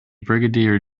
brigadier